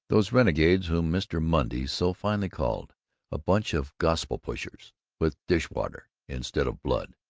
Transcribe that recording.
those renegades whom mr. monday so finely called a bunch of gospel-pushers with dish-water instead of blood,